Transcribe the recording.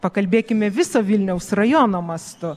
pakalbėkime viso vilniaus rajono mastu